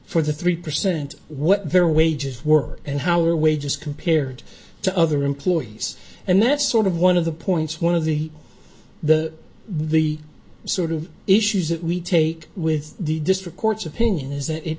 for the three percent what their wages were and how our wages compared to other employees and that's sort of one of the points one of the the the sort of issues that we take with the district court's opinion is that it